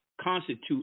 constitute